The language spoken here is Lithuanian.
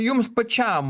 jums pačiam